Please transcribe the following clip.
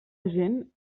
gent